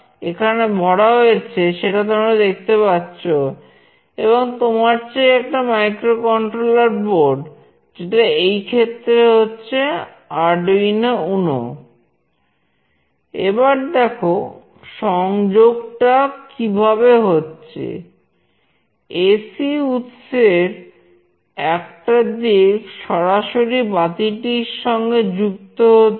এবার দেখো সংযোগটা কিভাবে হচ্ছে